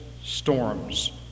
storms